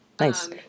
Nice